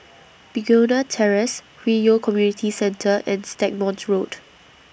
Begonia Terrace Hwi Yoh Community Centre and Stagmont Road